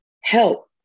help